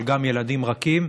אבל גם ילדים רכים,